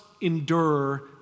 endure